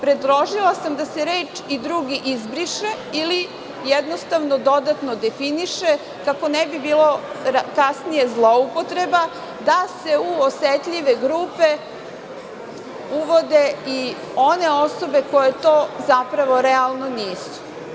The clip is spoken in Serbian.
Predložila sam da se reč „i drugi“ izbriše ili jednostavno dodatno definiše, kako ne bi bilo kasnije zloupotreba, da se u osetljive grupe uvode i one osobe koje to zapravo realno nisu.